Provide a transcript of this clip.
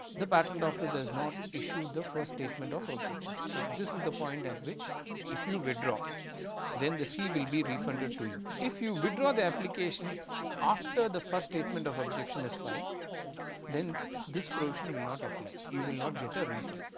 the patent office does not issue the first statement of objection. now this is the point at which if you withdraw then the fee will be refunded to you if you withdraw the application after the first statement of objection is filed then this provision will not apply you will not get a refund.